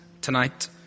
tonight